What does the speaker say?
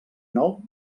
nou